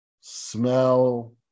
smell